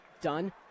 Done